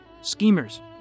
schemers